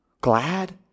glad